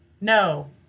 No